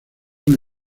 una